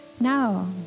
No